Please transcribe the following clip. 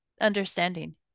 understanding